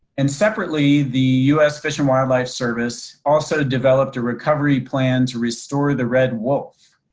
and separately, the us fish and wildlife service also developed a recovery plans restore the red wolf.